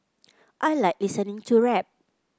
I like listening to rap